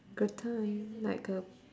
gratin like a